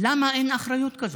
למה אין אחריות כזאת?